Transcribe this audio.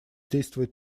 действовать